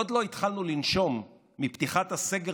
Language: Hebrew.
עוד לא התחלנו לנשום מפתיחת הסגר